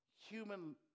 human